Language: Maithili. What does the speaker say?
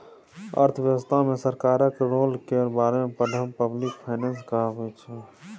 अर्थव्यवस्था मे सरकारक रोल केर बारे मे पढ़ब पब्लिक फाइनेंस कहाबै छै